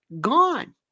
Gone